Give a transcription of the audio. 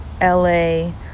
la